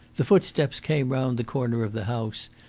the footsteps came round the corner of the house,